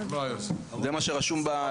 זה מה שרשום.